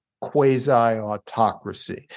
quasi-autocracy